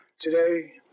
Today